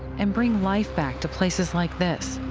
and bring life back to places like this,